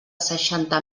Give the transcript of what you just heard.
seixanta